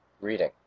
reading